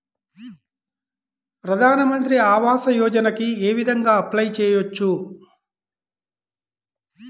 ప్రధాన మంత్రి ఆవాసయోజనకి ఏ విధంగా అప్లే చెయ్యవచ్చు?